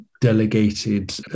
delegated